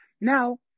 now